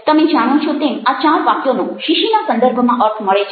તમે જાણો છો તેમ આ ચાર વાક્યોનો શીશીના સંદર્ભમાં અર્થ મળે છે